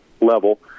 level